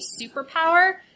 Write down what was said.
superpower